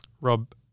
Rob